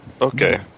Okay